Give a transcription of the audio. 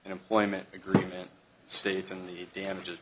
and employment agreement states in the damages